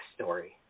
story